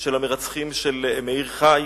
של המרצחים של מאיר חי.